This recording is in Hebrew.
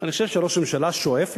אני חושב שראש הממשלה שואף,